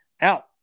Out